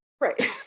Right